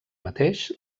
mateix